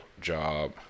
job